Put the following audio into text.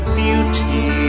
beauty